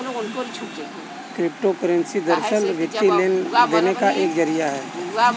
crypto currency दरअसल, वित्तीय लेन देन का एक जरिया है